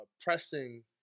pressing